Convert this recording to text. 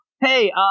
Hey